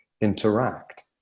interact